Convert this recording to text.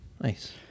Nice